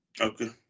Okay